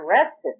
arrested